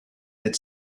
had